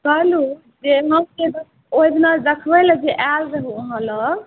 कहलौँ जे हम जे ओहिदिना देखबैलए जे आएल रहौँ अहाँ लग